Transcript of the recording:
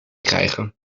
krijgen